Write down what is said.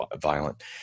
violent